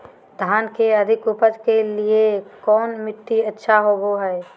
धान के अधिक उपज के लिऐ कौन मट्टी अच्छा होबो है?